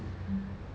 mm